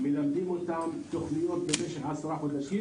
מלמדים אותם תוכניות במשך עשרה חודשים,